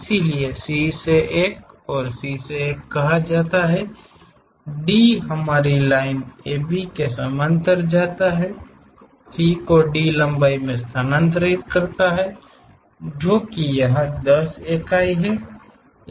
इसलिए C से इस एक C कहा जाता हैं D हमारी AB लाइन के समानांतर जाता है C को D लंबाई में स्थानांतरित करता है जो कि यहाँ 50 इकाई है